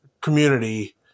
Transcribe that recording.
community